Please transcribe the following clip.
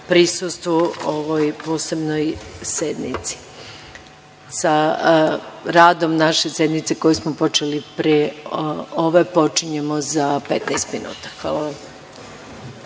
prisustvu ovoj posebnoj sednici. Sa radom naše sednice koju smo počeli pre ove počinjemo za 15 minuta. Hvala